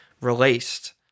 released